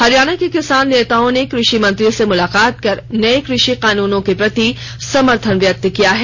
हरियाणा के किसान नेताओं ने कृषि मंत्री से मुलाकात कर नये क्रषि कानूनों के प्रति समर्थन व्यक्त किया है